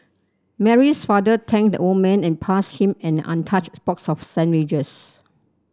Mary's father thanked the old man and passed him an untouched box of sandwiches